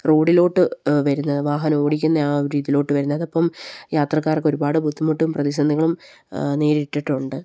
റോഡിലോട്ട് വരുന്നത് വാഹനം ഓടിക്കുന്ന ആ രീതിയിലോട്ട് വരുന്നത് അപ്പം യാത്രക്കാർക്ക് ഒരുപാട് ബുദ്ധിമുട്ടും പ്രതിസന്ധികളും നേരിട്ടിട്ടുണ്ട്